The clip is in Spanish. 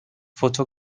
photo